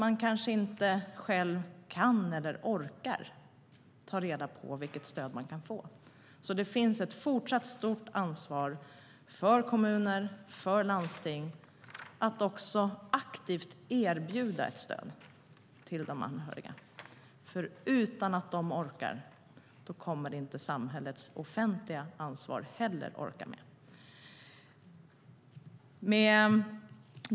Man kanske inte själv kan eller orkar ta reda på vilket stöd man kan få. Det finns alltså ett fortsatt stort ansvar för kommuner och landsting att aktivt erbjuda ett stöd till de anhöriga. Om de inte orkar kommer inte samhällets offentliga ansvar att orka med heller.